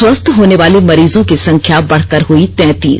स्वस्थ होने वाले मरीजों की संख्या बढ़कर हुई तैंतीस